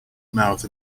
mouth